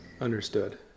Understood